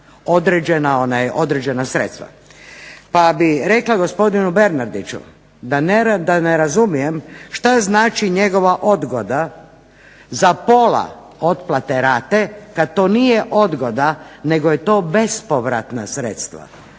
određena sredstva. Pa bih rekla gospodinu Bernardiću da ne razumijem što znači njegova odgoda za pola otplate rate kad to nije odgoda nego je to bespovratna sredstva.